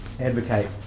advocate